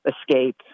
escape